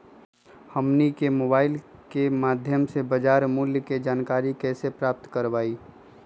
हमनी के मोबाइल के माध्यम से बाजार मूल्य के जानकारी कैसे प्राप्त करवाई?